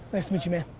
nice to meet you man.